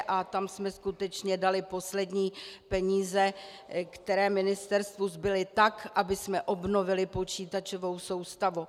A tam jsme skutečně dali poslední peníze, které ministerstvu zbyly, abychom obnovili počítačovou soustavu.